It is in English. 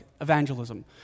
evangelism